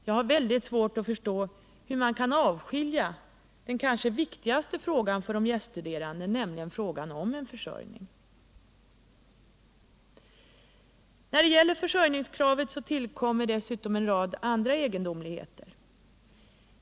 Jag har svårt att förstå hur man kan avskilja den kanske viktigaste frågan för de gäststuderande, nämligen frågan om en försörjning. När det gäller försörjningskravet tillkommer en rad andra egendomligheter.